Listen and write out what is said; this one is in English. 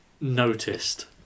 noticed